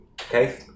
Okay